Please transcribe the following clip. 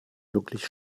wirklich